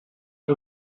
per